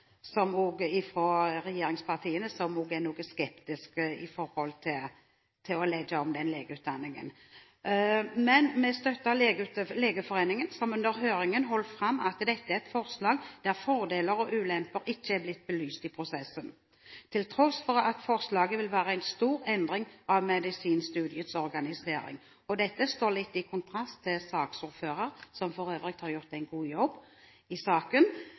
og omsorgskomiteen, hvor også regjeringspartiene er noe skeptiske til å legge om legeutdanningen. Men vi støtter Legeforeningen, som under høringen holdt fram at dette er et forslag der fordeler og ulemper ikke er blitt belyst i prosessen, til tross for at forslaget vil være en stor endring av medisinstudiets organisering. Dette står litt i kontrast til det saksordføreren, som for øvrig har gjort en god jobb i saken,